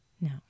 no